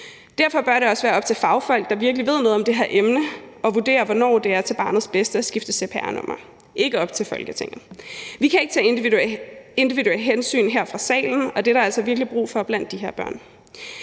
Derfor bør det også være op til fagfolk, der virkelig ved noget om det her emne, at vurdere, hvornår det er til barnets bedste at skifte cpr-nummer, ikke op til Folketinget. Vi kan ikke tage individuelle hensyn her fra salen, og det er der altså virkelig brug